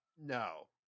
No